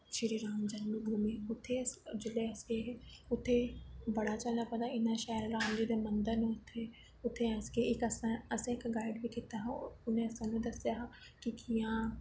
श्री राम जन्म भूमी जिसलै अस उत्थें गे ह् उत्थें बड़ा शैल इन्ने शैल राम जी दे मन्दर न उत्थें गे असैं इक गाईड बी कीता हा उनैं साहनू दस्सेआ हा कि कियां